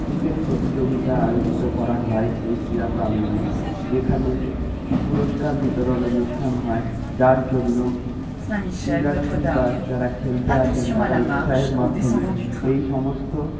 cricket প্রতিযোগিতা আয়োজিত করা হয় এই ক্রীড়া প্রাঙ্গণে যেখানে পুরস্কার বিতরণ অনুষ্ঠান হয় যার জন্য ক্রীড়ার্থী বা যারা খেলতে আসেন তারা উৎসাহের মাধ্যমে এই সমস্ত